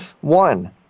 One